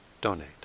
donate